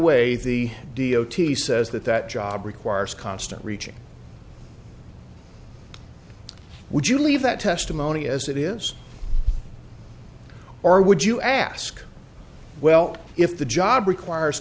way the d o t says that that job requires constant reaching would you leave that testimony as it is or would you ask well if the job requires